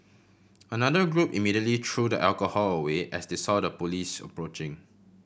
another group immediately threw the alcohol away as they saw the police approaching